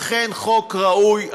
אכן חוק ראוי.